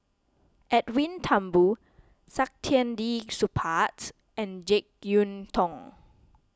Edwin Thumboo Saktiandi Supaat and Jek Yeun Thong